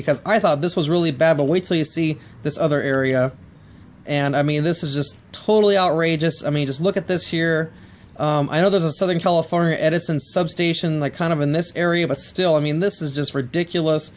because i thought this was really bad but wait till you see this other area and i mean this is just totally outrageous i mean just look at this here i know there's a southern california edison substation the kind of in this area but still i mean this is just ridiculous